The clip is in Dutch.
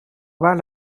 waar